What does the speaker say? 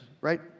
right